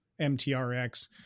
mtrx